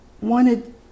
wanted